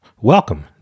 welcome